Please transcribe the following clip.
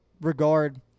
regard